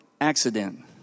accident